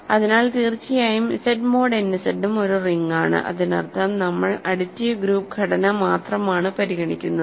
അതിനാൽ തീർച്ചയായും Z mod n Z ഉം ഒരു റിങ്ങാണ് അതിനർത്ഥം നമ്മൾ അഡിറ്റീവ് ഗ്രൂപ്പ് ഘടന മാത്രമാണ് പരിഗണിക്കുന്നത്